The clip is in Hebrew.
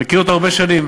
אני מכיר אותו הרבה שנים.